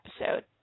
episode